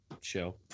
show